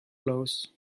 blows